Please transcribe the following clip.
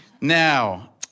Now